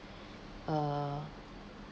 uh